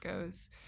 goes